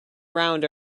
round